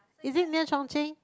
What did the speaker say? is it near Chung-Cheng